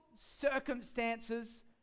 circumstances